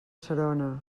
serona